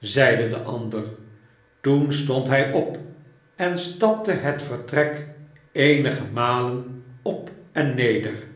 zeide de ander toen stond hij op en stapte het vertrek eenige malen op en neder